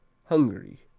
hungary